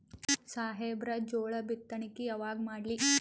ಸಾಹೇಬರ ಜೋಳ ಬಿತ್ತಣಿಕಿ ಯಾವಾಗ ಮಾಡ್ಲಿ?